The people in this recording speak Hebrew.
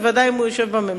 ובוודאי אם הוא יושב בממשלה.